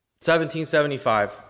1775